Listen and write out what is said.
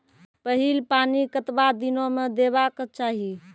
पहिल पानि कतबा दिनो म देबाक चाही?